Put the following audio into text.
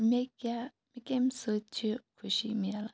مےٚ کیاہ مےٚ کَمہِ سۭتۍ چھِ خوشی میلان